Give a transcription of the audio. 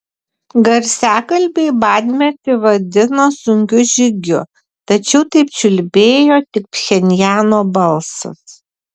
garsiakalbiai badmetį vadino sunkiu žygiu tačiau taip čiulbėjo tik pchenjano balsas